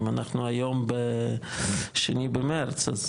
כן, אם אנחנו היום ב-2 במרץ אז